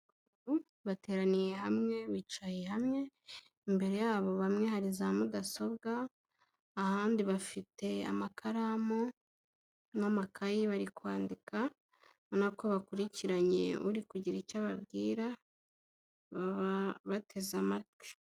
Ubu bateraniye hamwe, bicaye hamwe, imbere yabo bamwe hari za mudasobwa, ahandi bafite amakaramu n'amakayi bari kwandika, ubona ko bakurikiranye uri kugira icyo ababwira, bateze amatwi.